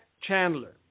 Chandler